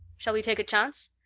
shall we take a chance?